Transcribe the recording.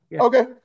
okay